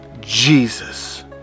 Jesus